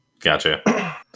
Gotcha